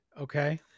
okay